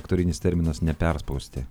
aktorinis terminas neperspausti